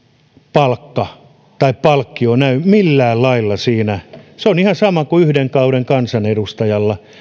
palkka tai palkkio näy millään lailla siinä se on ihan sama kuin yhden kauden kansanedustajalla